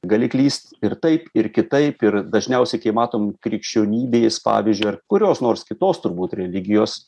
gali klyst ir taip ir kitaip ir dažniausiai kai matom krikščionybės pavyzdžiu kurios nors kitos turbūt religijos